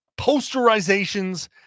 posterizations